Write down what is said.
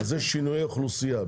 זה שינוי אוכלוסייה.